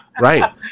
right